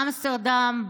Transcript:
אמסטרדם,